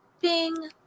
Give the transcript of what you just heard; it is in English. Bing